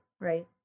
right